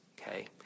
okay